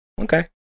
Okay